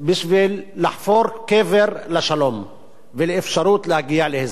בשביל לחפור קבר לשלום ולאפשרות להגיע להסדר.